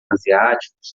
asiáticos